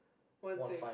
one six